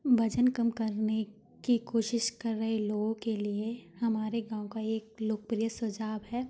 वज़न कम करने की कोशिश कर रहे लोगों के लिए हमारे गाँव का एक लोकप्रिय सुझाव है